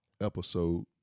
episode